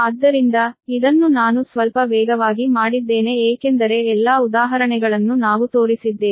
ಆದ್ದರಿಂದ ಇದನ್ನು ನಾನು ಸ್ವಲ್ಪ ವೇಗವಾಗಿ ಮಾಡಿದ್ದೇನೆ ಏಕೆಂದರೆ ಎಲ್ಲಾ ಉದಾಹರಣೆಗಳನ್ನು ನಾವು ತೋರಿಸಿದ್ದೇವೆ